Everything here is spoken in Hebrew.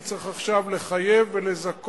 כי צריך עכשיו לחייב ולזכות,